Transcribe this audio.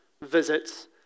visits